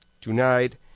tonight